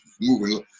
moving